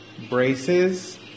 Braces